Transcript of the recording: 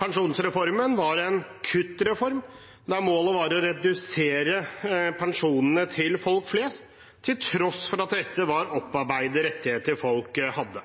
Pensjonsreformen var en kuttreform, der målet var å redusere pensjonene til folk flest, til tross for at dette var